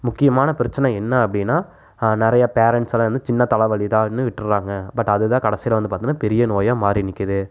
முக்கியமான பிரச்சனை என்ன அப்படின்னா நிறையா பேரண்ட்ஸ் எல்லாம் வந்து சின்ன தலைவலி தான்னு விட்டுடுறாங்க பட் அது தான் கடைசியில் வந்து பார்த்தீங்கன்னா பெரிய நோயாக மாறி நிற்கிது